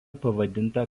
pavadinta